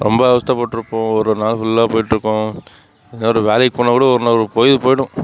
ரொம்ப அவஸ்த்தைப்பட்ருப்போம் ஒரு நாள் ஃபுல்லாக போயிட்டுருப்போம் எங்கேயா ஒரு வேலைக்கு போனாக்கூட ஒரு நாள் பொழுது போகிடும்